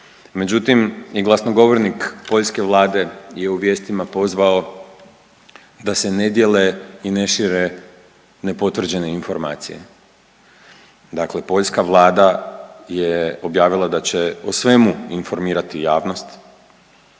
Međutim, i glasnogovornik poljske vlade je u vijestima pozvao da se ne dijele i ne šire nepotvrđene informacije, dakle poljska vlada je objavila da će o svemu informirati javnost,